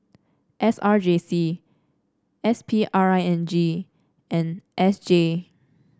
S R J C S P R I N G and S J